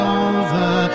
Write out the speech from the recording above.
over